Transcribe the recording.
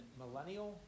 millennial